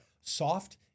Soft